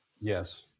Yes